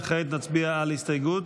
וכעת נצביע על הסתייגות,